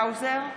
נוכחת צבי האוזר,